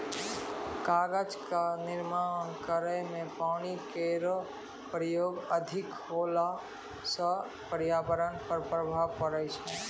कागज क निर्माण करै म पानी केरो प्रयोग अधिक होला सँ पर्यावरण पर प्रभाव पड़ै छै